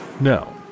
No